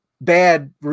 Bad